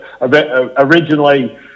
originally